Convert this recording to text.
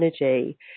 energy